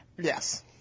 Yes